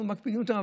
אנחנו מקפידים יותר,